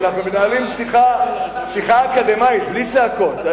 אנחנו מנהלים שיחה אקדמית בלי צעקות.